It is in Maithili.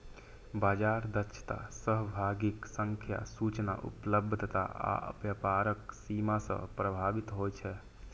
बाजार दक्षता सहभागीक संख्या, सूचना उपलब्धता आ व्यापारक सीमा सं प्रभावित होइ छै